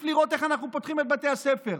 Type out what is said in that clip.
לראות איך אנחנו פותחים את בתי הספר,